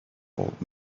old